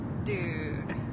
dude